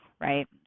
right